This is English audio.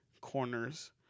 corners